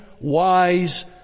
wise